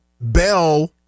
bell